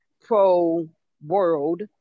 pro-world